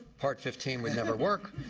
part fifteen would never work.